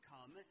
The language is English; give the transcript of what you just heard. come